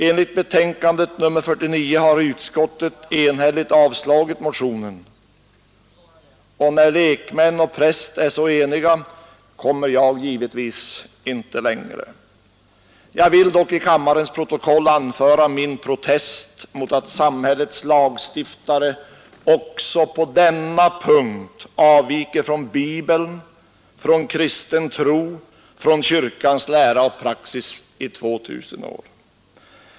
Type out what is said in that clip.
Enligt betänkandet nr 49 har konstitutionsutskottet enhälligt avstyrkt motionen, och när lekmän och präst är så eniga kommer jag givetvis inte längre. Jag vill dock till kammarens protokoll anföra min protest mot att samhällets lagstiftare också på denna punkt avviker från Bibeln, från kristen tro, från kyrkans lära och praxis i 2 000 år.